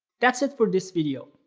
that's it for this video!